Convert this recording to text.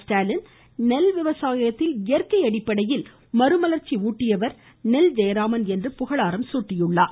ஸ்டாலின் நெல் விவசாயத்தில் இயற்கை அடிப்படையில் மறுமலர்ச்சி ஊட்டியவர் நெல் ஜெயராமன் என்று புகழாரம் சூட்டினார்